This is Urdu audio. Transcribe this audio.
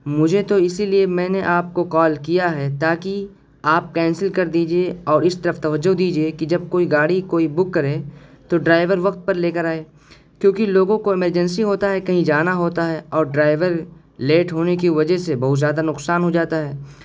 مجھے تو اسی لیے میں نے آپ کو کال کیا ہے تاکہ آپ کینسل کر دیجیے اور اس طرف توجہ دیجیے کہ جب کوئی گاڑی کوئی بک کرے تو ڈرائیور وقت پر لے کر آئے کیوںکہ لوگوں کو ایمرجنسی ہوتا ہے کہیں جانا ہوتا ہے اور ڈرائیور لیٹ ہونے کی وجہ سے بہت زیادہ نقصان ہو جاتا ہے